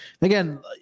again